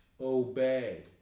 obey